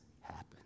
happen